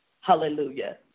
hallelujah